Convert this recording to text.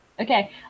Okay